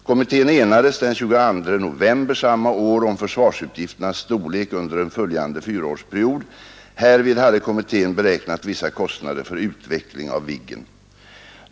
Kommittén enades den 22 november samma år om försvarsutgifternas storlek under en följande fyraårsperiod. Härvid hade kommittén beräknat vissa kostnader för utveckling av Viggen.